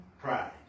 pride